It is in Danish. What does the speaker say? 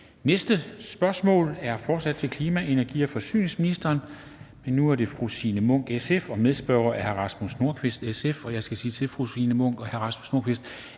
næste spørgsmål er fortsat til klima-, energi- og forsyningsministeren, men nu er det fru Signe Munk, SF, som spørger, og medspørger er hr. Rasmus Nordqvist, SF. Jeg skal sige til fru Signe Munk og hr. Rasmus Nordqvist,